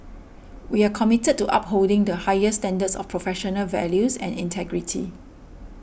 we are committed to upholding the highest standards of professional values and integrity